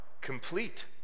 complete